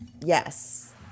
Yes